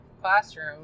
classroom